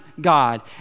God